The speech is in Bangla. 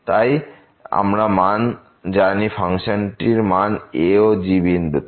তাই আমরা জানি ফাংশানটির মান a ও g বিন্দুতে